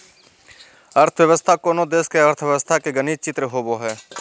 अर्थव्यवस्था कोनो देश के अर्थव्यवस्था के गणित चित्र होबो हइ